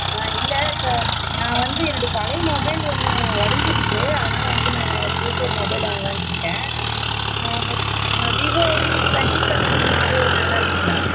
ஆ இல்லை இப்போ நான் வந்து என்னுடைய பழைய மொபைல் ஒன்று உடஞ்சிருச்சி அதனால வந்து நான் புதுசாக மொபைல் வாங்கலான்ட்டிருக்கேன் Vivo V twenty seven model நல்லா இருக்குங்களா